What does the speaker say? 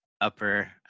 upper